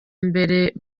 mbere